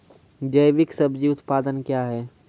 जैविक सब्जी उत्पादन क्या हैं?